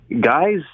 guys